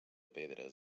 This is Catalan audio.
pedres